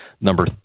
number